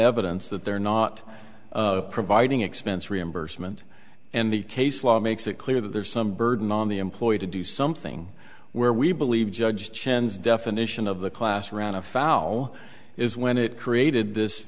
evidence that they're not providing expense reimbursement and the case law makes it clear that there's some burden on the employer to do something where we believe judge chen's definition of the class ran afoul is when it created this